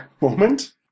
moment